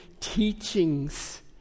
teachings